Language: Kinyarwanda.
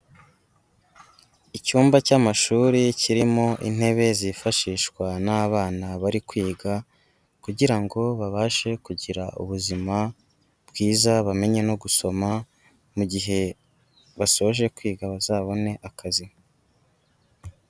Icyumba cy'amashuri kirimo intebe zifashishwa n'abana bari kwiga, kugira ngo babashe kugira ubuzima bwiza bamenye no gusoma mu gihe basoje kwiga bazabone akazi.